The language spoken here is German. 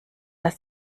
das